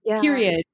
period